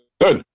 Good